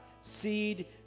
Seed